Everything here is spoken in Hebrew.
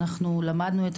ולמדנו אותו